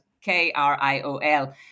K-R-I-O-L